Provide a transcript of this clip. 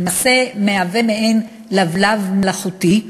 ולמעשה מהווה מעין לבלב מלאכותי,